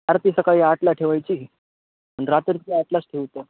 आरती सकाळी आठला ठेवायची आणि रात्री ते आठलाच ठेवूत